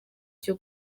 cyo